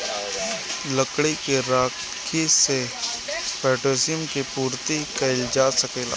लकड़ी के राखी से पोटैशियम के पूर्ति कइल जा सकेला